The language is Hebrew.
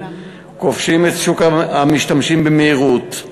כובשים את שוק המשתמשים במהירות,